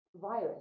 virus